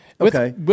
Okay